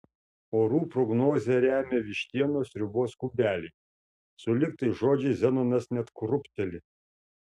orų prognozę remia vištienos sriubos kubeliai sulig tais žodžiais zenonas net krūpteli